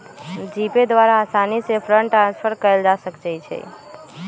GPay द्वारा असानी से फंड ट्रांसफर कयल जा सकइ छइ